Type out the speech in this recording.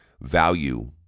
value